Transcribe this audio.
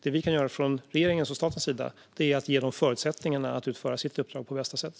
Det vi kan göra från regeringens och statens sida är att ge dem förutsättningarna att utföra sitt uppdrag på bästa sätt.